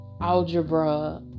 algebra